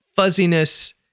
fuzziness